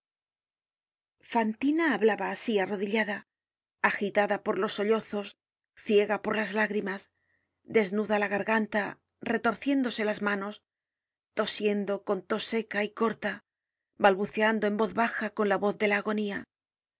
fantina hablaba asi arrodillada agitada por los sollozos ciega por las lágrimas desnuda la garganta retorciéndose las manos tosiendo con tos seca y corta balbuceando en voz baja con la voz de